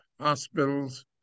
hospitals